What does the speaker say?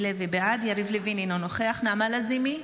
יריב לוין, אינו נוכח נעמה לזימי,